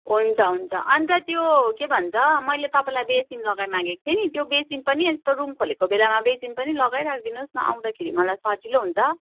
हुन्छ हुन्छ अन्त त्यो के भन्छ मैले तपाईँलाई बेसिन लगाइमागेको थिएँ नि त्यो बेसिन पनि अन्त त्यो रुम खोलेको बेलामा बेसिन पनि लगाई राखिदिनु होस् न आउँदैखेरि मलाई सजिलो हुन्छ